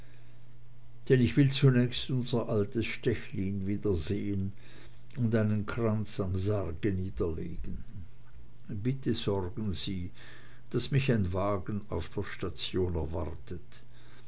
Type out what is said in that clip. denn ich will zunächst unser altes stechlin wiedersehen und einen kranz am sarge niederlegen bitte sorgen sie daß mich ein wagen auf der station erwartet